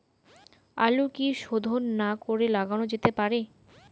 আলু কি শোধন না করে লাগানো যেতে পারে?